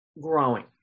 growing